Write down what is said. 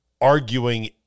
arguing